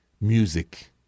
Music